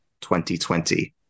2020